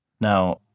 Now